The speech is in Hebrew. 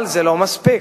אבל זה לא מספיק.